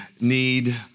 need